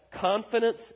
confidence